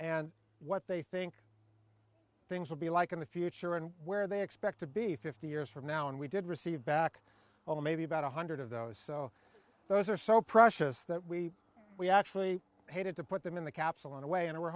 and what they think things will be like in the future and where they expect to be fifty years from now and we did receive back well maybe about one hundred of those so those are so precious that we we actually hated to put them in the capsule in a way and were